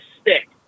stick